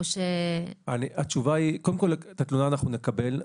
את התלונה אנחנו נקבל.